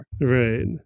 Right